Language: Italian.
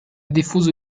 diffuso